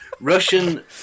Russian